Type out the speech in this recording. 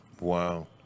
Wow